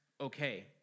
okay